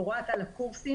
או רק על הקורסים,